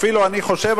אפילו אני חושב,